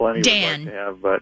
Dan